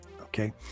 Okay